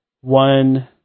One